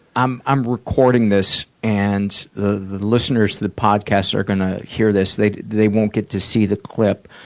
i'm i'm recording this, and the the listeners the podcast are gonna hear this they they won't get to see the clip.